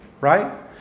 right